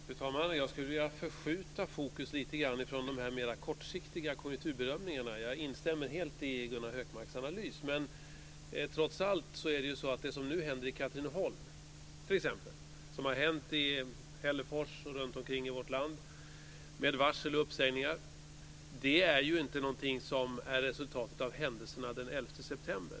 Fru talman! Jag skulle vilja förskjuta fokus lite grann från de mer kortsiktiga konjunkturbedömningarna. Jag instämmer helt i Gunnar Hökmarks analys. Men det som nu händer i t.ex. Katrineholm och det som har hänt i Hällefors och runtomkring i vårt land med varsel och uppsägningar är ju inte ett resultat av händelserna den 11 september.